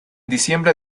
diciembre